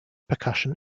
percussion